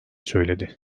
söyledi